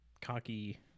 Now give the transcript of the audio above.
cocky